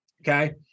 okay